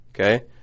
Okay